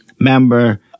member